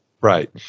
Right